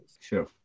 sure